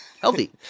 Healthy